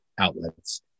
outlets